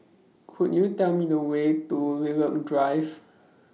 Could YOU Tell Me The Way to Lilac Drive